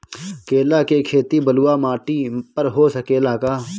केला के खेती बलुआ माटी पर हो सकेला का?